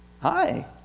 Hi